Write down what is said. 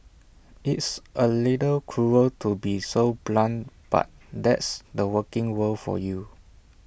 it's A little cruel to be so blunt but that's the working world for you